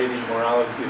morality